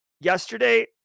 yesterday